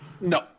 No